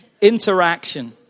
Interaction